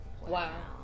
Wow